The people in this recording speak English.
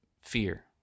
fear